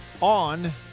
on